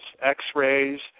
x-rays